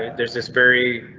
there's this very